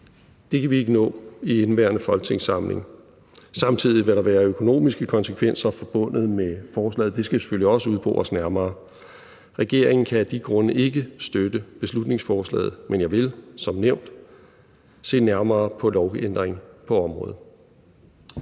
Det kan vi ikke nå i indeværende folketingssamling. Samtidig vil der være økonomiske konsekvenser forbundet med forslaget, og det skal selvfølgelig også udbores nærmere. Regeringen kan af de grunde ikke støtte beslutningsforslaget, men jeg vil som nævnt se nærmere på en lovændring på området.